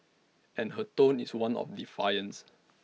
and her tone is one of defiance